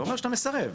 זה אומר שאתה מסרב.